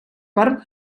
per